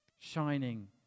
shining